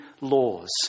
laws